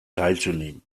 teilzunehmen